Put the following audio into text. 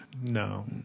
No